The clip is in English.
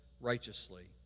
righteously